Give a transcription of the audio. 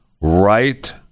Right